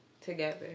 Together